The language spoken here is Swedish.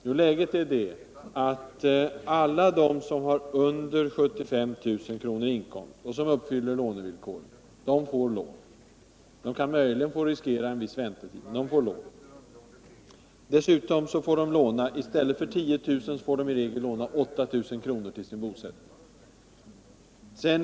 Jo, läget är att alla de som har en inkomst under 75 000 kr. och som uppfyller lånevillkoren får låna. De kan möjligen riskera att få vänta en viss tid, men de får sedan lån. Dessutom får de i stället för 10 000 kr. låna bara 8 000 kr. till sin bosättning.